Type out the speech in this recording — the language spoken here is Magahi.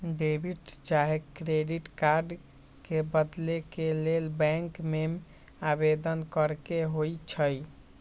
डेबिट चाहे क्रेडिट कार्ड के बदले के लेल बैंक में आवेदन करेके होइ छइ